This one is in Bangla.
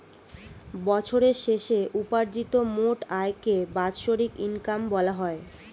বছরের শেষে উপার্জিত মোট আয়কে বাৎসরিক ইনকাম বলা হয়